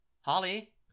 Holly